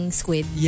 squid